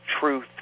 truth